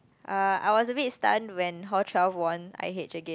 uh I was a bit stunned when hall twelve won i_h again